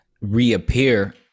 reappear